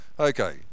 Okay